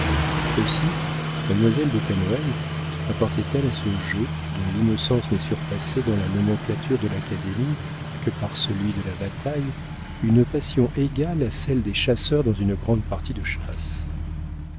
aussi mademoiselle de pen hoël apportait elle à ce jeu dont l'innocence n'est surpassée dans la nomenclature de l'académie que par celui de la bataille une passion égale à celle des chasseurs dans une grande partie de chasse